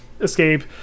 escape